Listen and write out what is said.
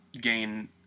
gain